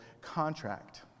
contract